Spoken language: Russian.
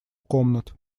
комнат